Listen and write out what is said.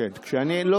שאתה רוצה.